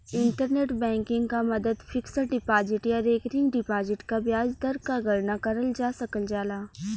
internet banking क मदद fixed deposit या रेकरिंग डिपाजिट क ब्याज दर क गणना करल जा सकल जाला